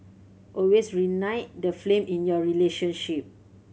always reignite the flame in your relationship